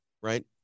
Right